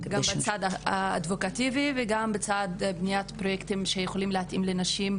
בצד האדבוקטיבי וגם בצד בניית פרויקטים שיכולים להתאים לנשים,